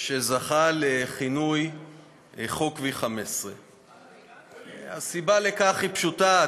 שזכה לכינוי "חוק V15". הסיבה לכך היא פשוטה,